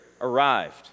arrived